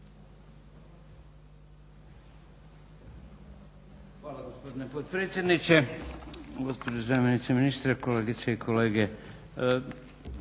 Hvala gospodine potpredsjedniče, gospođo zamjenice ministra, kolegice i kolege.